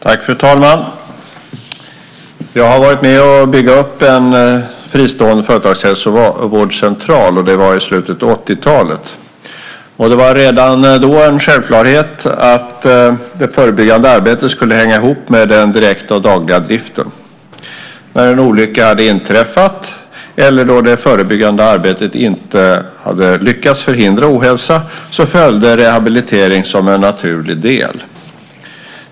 Fru talman! Jag har varit med om att bygga upp en fristående företagshälsovårdscentral. Det var i slutet av 80-talet. Det var redan då en självklarhet att det förebyggande arbetet skulle hänga ihop med den direkta och dagliga driften. När en olycka hade inträffat eller då det förebyggande arbetet inte hade lyckats förhindra ohälsa följde rehabilitering som en naturlig del.